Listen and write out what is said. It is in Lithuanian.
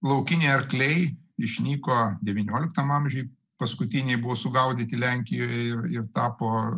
laukiniai arkliai išnyko devynioliktam amžiuj paskutiniai buvo sugaudyti lenkijoje ir ir tapo